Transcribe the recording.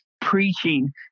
preaching